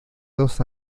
dos